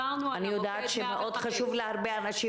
אני יודעת שמאוד חשוב להרבה אנשים.